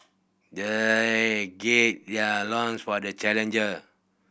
they gird their loins for the challenger